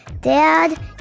Dad